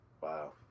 Wow